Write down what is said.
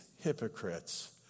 hypocrites